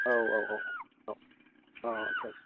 औ औ औ औ अ आस्सा